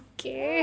Okay